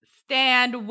stand